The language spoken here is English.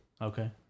Okay